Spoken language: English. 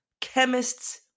Chemists